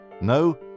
No